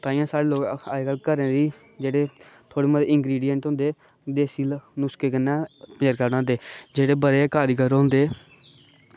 ते तां अज्जकल लोग साढ़े घरै दे जेह्ड़े थोह्ड़े बहोत इंग्रीडेंट होंदे ते उसदे कन्नै पंजरका बनांदे जेह्ड़े बड़े कारीगर होंदे